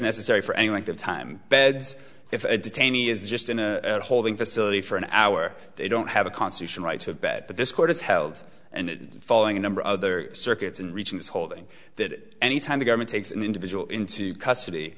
necessary for any length of time beds if detainees just in a holding facility for an hour they don't have a constitutional right to bet but this court is held and following a number of other circuits and reaching this holding that any time the government takes an individual into custody